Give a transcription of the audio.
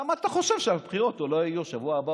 כי אתה חושב שהבחירות אולי יהיו בשבוע הבא